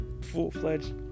full-fledged